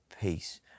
Peace